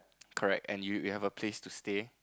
correct and you you have a place to stay